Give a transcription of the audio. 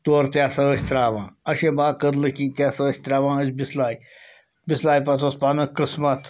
تورٕ تہِ ہَسا ٲسۍ ترٛاوان اَشے باغ کٔدلہٕ کِنۍ تہِ ہَسا ٲسۍ ترٛاوان أسۍ بِسلاے بِسلاے پَتہٕ اوس پَنُن قٕسمَت